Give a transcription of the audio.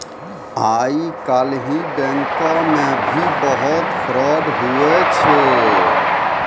आइ काल्हि बैंको मे भी बहुत फरौड हुवै छै